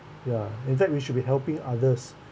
ya in fact we should be helping others